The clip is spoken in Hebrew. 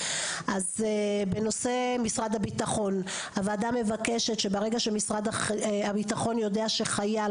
אז בנושא משרד הביטחון: הוועדה מבקשת שברגע שמשרד הביטחון יודע שחייל